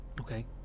Okay